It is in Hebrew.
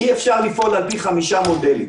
אי אפשר לפעול על פי חמישה מודלים.